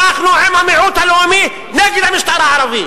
אנחנו עם המיעוט הלאומי נגד המשטר הערבי,